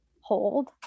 hold